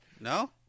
No